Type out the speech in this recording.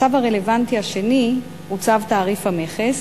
הצו הרלוונטי השני הוא צו תעריף המכס,